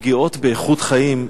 פגיעות באיכות חיים,